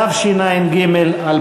התשע"ג 2013,